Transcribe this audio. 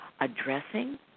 addressing